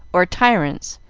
or tyrants,